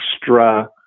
extra